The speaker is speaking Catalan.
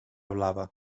blava